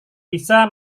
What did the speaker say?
bisa